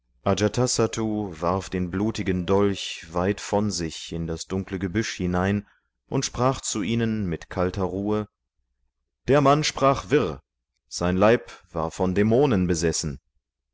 warf den blutigen dolch weit von sich in das dunkle gebüsch hinein und sprach zu ihnen mit kalter ruhe der mann sprach wirr sein leib war von dämonen besessen